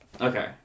Okay